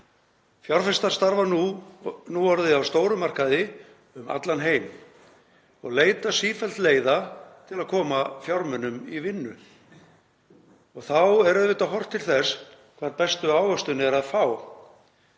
Fjárfestar starfa núorðið á stórum markaði um allan heim og leita sífellt leiða til að koma fjármunum í vinnu. Þá er auðvitað horft til þess hvar bestu ávöxtun er að fá.